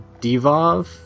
Divov